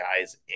guys